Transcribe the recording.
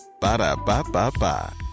Ba-da-ba-ba-ba